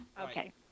Okay